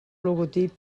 logotip